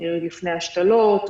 לפני השתלות,